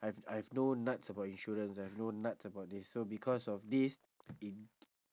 I've I've no nuts about insurance I've no nuts about this so because of this it